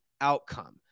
outcome